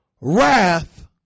wrath